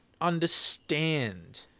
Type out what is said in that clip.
understand